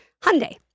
Hyundai